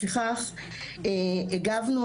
לפיכך הגבנו,